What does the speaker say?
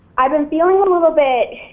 i've been feeling a little bit